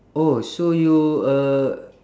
oh so you a